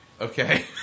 Okay